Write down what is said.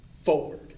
forward